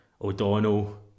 O'Donnell